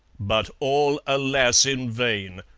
but all, alas! in vain,